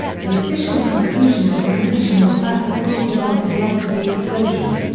the official conclusion of the commission was that a faulty weld had led to the explosion.